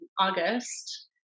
August